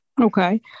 Okay